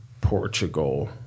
Portugal